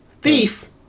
Thief